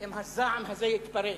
אם הזעם הזה יתפרץ.